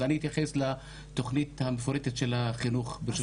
אני אתייחס לתוכנית המקורית של החינוך.